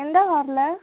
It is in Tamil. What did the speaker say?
எந்த ஹாரில்